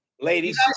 ladies